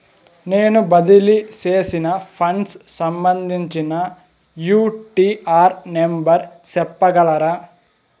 నేను బదిలీ సేసిన ఫండ్స్ సంబంధించిన యూ.టీ.ఆర్ నెంబర్ సెప్పగలరా